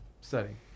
setting